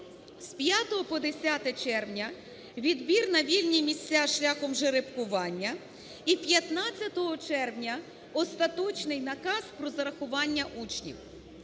З 5 по 10 червня відбір на вільні місця шляхом жеребкування. І 15 червня остаточний наказ про зарахування учнів.